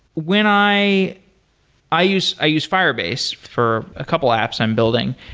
when i i use i use firebase for a couple apps i'm building.